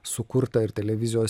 sukurtą ir televizijos